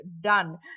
done